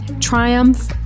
Triumph